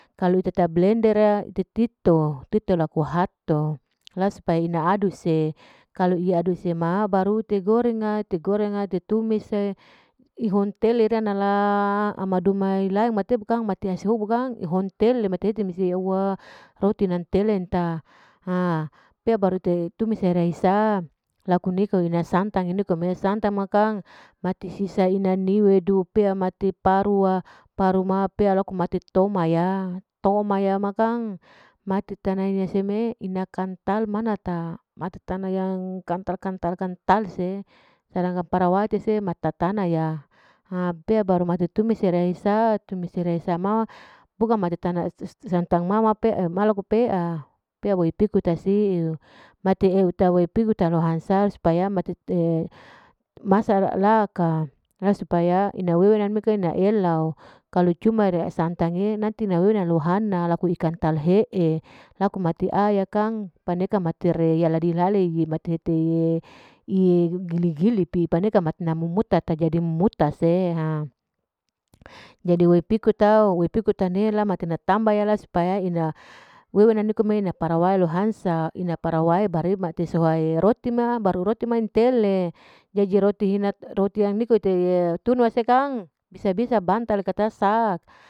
Kalu ite ta blender a ite tito, tito laku hato, la supaya ina adu se, kalu iadusema baru ite goreng nga, ite goreng nga ite tumise, ihontele ranala, ama duma milae bukang mate asahubu kang ihontele matete masi hese hauhua roti nantelenta, ha pea baru tumis teraisa laku nikome ina santang mati sisa ina niwedu pea, mati parua, arpua laku baru laku mati toma ya toma ya makang mati tana ina seme iter ina kantal manata, mati tana ung kantal manata, mati tana yang kantal kantal kantalse, sedangkan parawai mese maita tana ya, ha pea baru mati tumise riya isa, tumis se ruaiya bukang mate taba santabg nana ma loko pe, mati eu tau eu pihita lohansa, supaya mati'e masa la ka. la supaya ina weweu naka inau elau, kalu cuma riya sanatange nanti nawewe lohana laku kantal he'e laku mati aya kang paneka matir yaladin lilae te iye gili-gili paneka mati muta tak jadi muta se, jadi pikuta'o we pikuta nei jadi la tamba supaya ina wwwe nikom'e parawae lohanasa ina parawae barip mati soha'e roti ma intele roti ma yang niko ite bisa-bisa bantal kang sak.